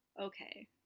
okay